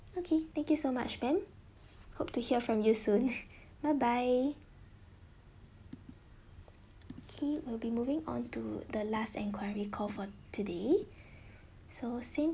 okay thank you so much ben hope to hear from you soon bye bye okay will be moving onto the last enquiry call for today so same